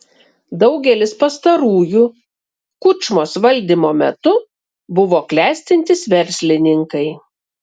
daugelis pastarųjų kučmos valdymo metu buvo klestintys verslininkai